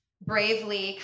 bravely